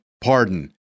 pardon